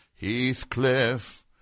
Heathcliff